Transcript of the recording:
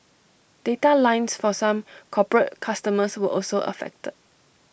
data lines for some corporate customers were also affected